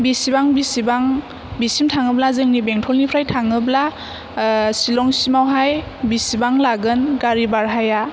बेसेबां बेसेबां बेसिम थाङोब्ला जोंनि बेंटलनिफ्राय थाङोब्ला सिलंसिमावहाय बेसेबां लागोन गारि भाराया